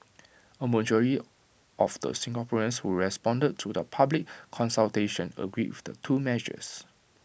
A majority of the Singaporeans who responded to the public consultation agreed with the two measures